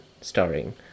starring